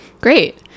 Great